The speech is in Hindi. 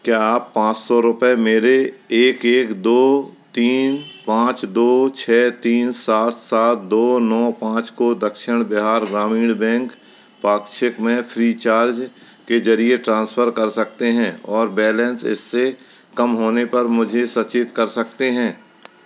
क्या आप पाँच सौ रुपये मेरे एक एक दो तीन पाँच दो छः तीन सात सात दो नो पाँच को दक्षिण बिहार ग्रामीण बैंक पाक्षिक में फ़्रीचार्ज के ज़रिए ट्रांसफर कर सकते हैं और बैलेंस इससे कम होने पर मुझे सचेत कर सकते हैं